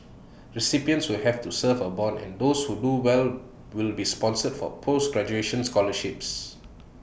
recipients will have to serve A Bond and those who do well will be sponsored for post graduation scholarships